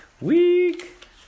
Week